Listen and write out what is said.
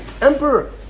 emperor